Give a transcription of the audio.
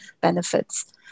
benefits